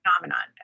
phenomenon